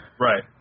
Right